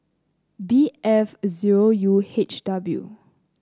B F zero U H W